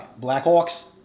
Blackhawks